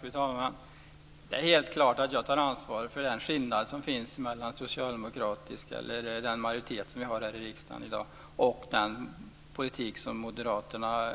Fru talman! Det är helt klart att jag tar ansvaret för den skillnad som finns mellan den politik som förs av socialdemokraterna, eller den majoritet som vi har i riksdagen i dag, och den politik som moderaterna